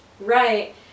right